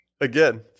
Again